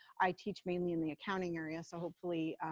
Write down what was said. i teach mainly in the accounting area. so hopefully,